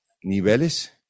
niveles